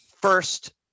first